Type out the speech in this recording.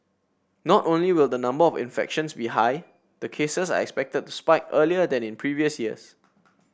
not only will the number of infections be high the cases are expected to spike earlier than in previous years